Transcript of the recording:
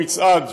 במצעד,